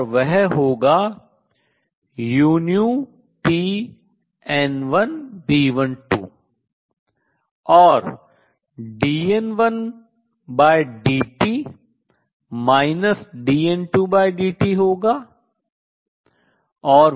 और वह होगा uTN1B12 और dN1dt dN2dt होगा